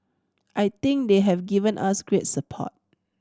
I think they have given us great support